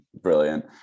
brilliant